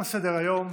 תם סדר-היום.